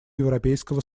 европейского